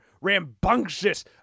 rambunctious